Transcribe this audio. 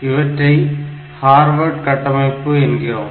இது போன்ற கட்டமைப்புகள் ஹார்வர்டு கட்டமைப்புகள் எனப்படும்